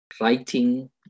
writing